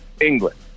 england